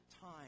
time